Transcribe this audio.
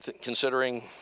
considering